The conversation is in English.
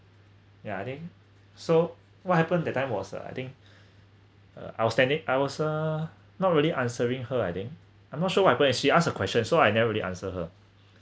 yeah I think so what happened that time was uh I think uh outstanding I was uh not really answering her I think I'm not sure what happen she ask a question so I never really answer her